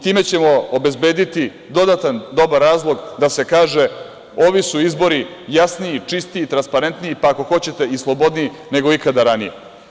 Time ćemo obezbediti dodatan dobar razlog da se kaže – ovi su izbori jasniji, čistiji i transparentniji, pa ako hoćete i slobodniji nego ikada ranije.